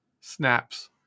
snaps